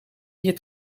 het